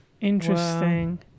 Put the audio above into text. Interesting